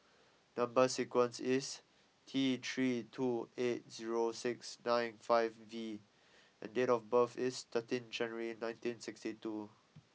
number sequence is T three two eight zero six nine five V and date of birth is thirteenth January nineteen sixty two